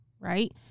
Right